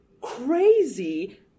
crazy